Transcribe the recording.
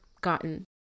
gotten